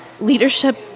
leadership